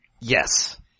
Yes